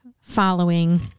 following